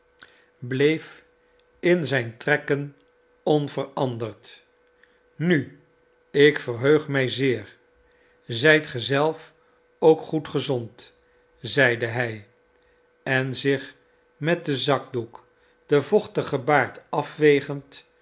bleef in zijn trekken onveranderd nu ik verheug mij zeer zijt ge zelf ook goed gezond zeide hij en zich met den zakdoek den vochtigen baard afvegend